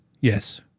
Yes